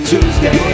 Tuesday